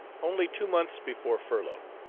only two months before furlough,